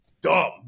dumb